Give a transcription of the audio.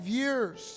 years